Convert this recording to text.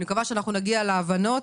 אני מקווה שאנחנו נגיע להבנות,